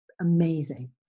amazing